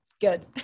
good